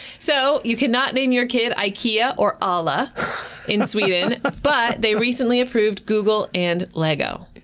so you cannot name your kid ikea or allah in sweden but they recently approved google and lego.